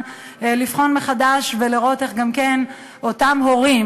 לבחון מחדש ולראות איך גם כן אותם הורים,